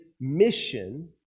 mission